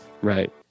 Right